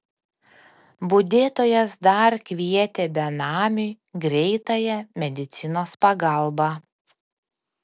budėtojas dar kvietė benamiui greitąją medicinos pagalbą